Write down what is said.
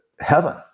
heaven